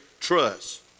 trust